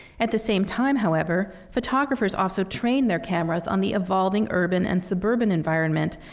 at the same time, however, photographers also trained their cameras on the evolving urban and suburban environment,